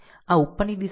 આ ઉપરની દિશા છે